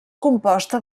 composta